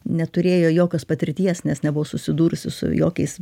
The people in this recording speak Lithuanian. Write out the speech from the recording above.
neturėjo jokios patirties nes nebuvo susidūrusi su jokiais